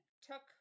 took